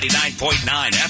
99.9